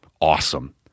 awesome